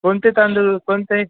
कोणते तांदूळ कोणते